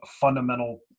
fundamental